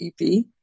EP